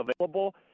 available